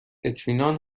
اطمینان